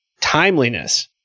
timeliness